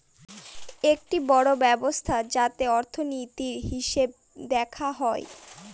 একটি বড়ো ব্যবস্থা যাতে অর্থনীতির, হিসেব দেখা হয়